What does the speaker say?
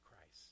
Christ